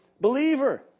believer